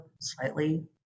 slightly